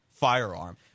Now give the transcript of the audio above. Firearm